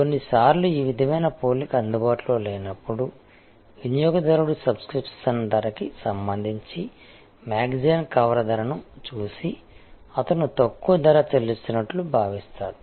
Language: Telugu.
కొన్ని సార్లు ఈ విధమైన పోలిక అందుబాటులో లేనప్పుడు వినియోగదారుడు సబ్స్క్రిప్షన్ ధరకి సంబంధించి మ్యాగజైన్ కవర్ ధరను చూసి అతను తక్కువ ధర చెల్లిస్తున్నట్లు భావిస్తాడు